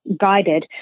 guided